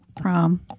prom